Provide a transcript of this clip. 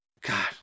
God